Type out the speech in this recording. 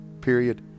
period